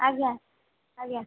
ଆଜ୍ଞା ଆଜ୍ଞା